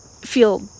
feel